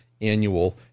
annual